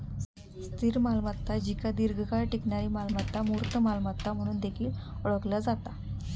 स्थिर मालमत्ता जिका दीर्घकाळ टिकणारी मालमत्ता, मूर्त मालमत्ता म्हणून देखील ओळखला जाता